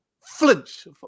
flinch